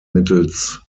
mittels